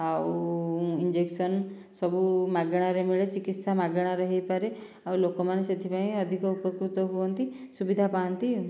ଆଉ ଇଞ୍ଜେକ୍ସନ ସବୁ ମାଗଣାରେ ମିଳେ ଚିକିତ୍ସା ମାଗଣାରେ ହୋଇପାରେ ଆଉ ଲୋକମାନେ ସେଥିପାଇଁ ଅଧିକ ଉପକୃତ ହୁଅନ୍ତି ସୁବିଧା ପାଆନ୍ତି ଆଉ